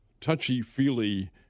touchy-feely